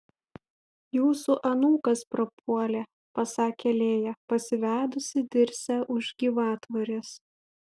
jūsų anūkas prapuolė pasakė lėja pasivedusi dirsę už gyvatvorės